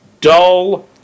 dull